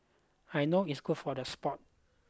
I know it's good for the sport